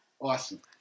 Awesome